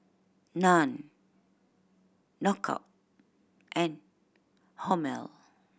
Nan Knockout and Hormel